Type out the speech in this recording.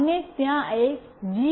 અને ત્યાં એક જી